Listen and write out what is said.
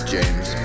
James